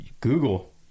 Google